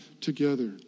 together